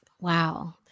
Wow